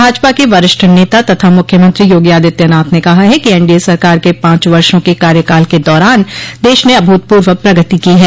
भाजपा के वरिष्ठ नेता तथा मुख्यमंत्री योगी आदित्यनाथ ने कहा है कि एनडीए सरकार के पांच वर्षो के कार्यकाल के दौरान देश ने अभूतपूर्व प्रगति की है